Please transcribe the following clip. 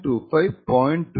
25 0